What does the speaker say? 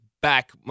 back